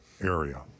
area